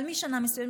אבל משנה מסוימת,